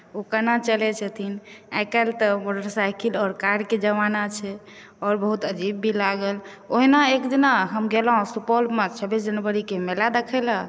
ओ केना चलै छथिन आइ काल्हि तऽ मोटरसाइकिल आओर कारके जमाना छै और बहुत अजीब भी लागल ओहिना एक दिना हम गेलहुँ सुपौलमे छब्बीस जनवरीके मेला देखै लए